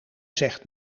zegt